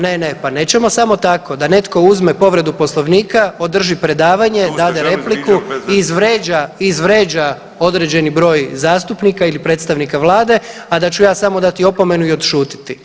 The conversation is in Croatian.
ne, ne pa nećemo samo tako da netko uzme povredu poslovnika, održi predavanje, dadne repliku izvrijeđa određeni broj zastupnika ili predstavnika vlade, a da ću ja samo dati opomenu i odšutiti.